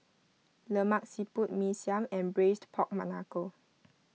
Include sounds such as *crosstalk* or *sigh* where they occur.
Lemak Siput Mee Siam and Braised Pork *unintelligible*